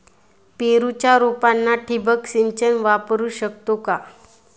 पेरूच्या रोपांना ठिबक सिंचन वापरू शकतो का?